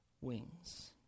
wings